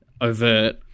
overt